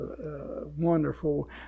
wonderful